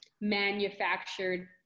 manufactured